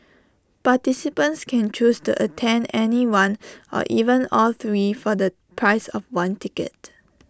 participants can choose to attend any one or even all three for the price of one ticket